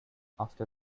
after